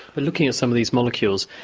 but looking at some of these molecules,